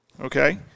okay